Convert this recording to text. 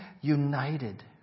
united